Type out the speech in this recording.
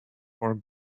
for